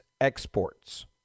exports